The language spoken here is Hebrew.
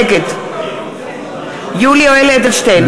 נגד יולי יואל אדלשטיין,